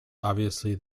obviously